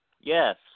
Yes